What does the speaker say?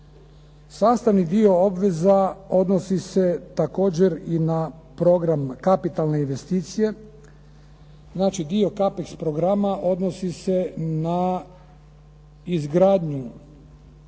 Sastavni dio obveza odnosi se također i na program kapitalne investicije. Znači, dio Kapex programa odnosi se na izgradnju